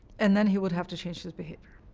and then he would have to change his behavior.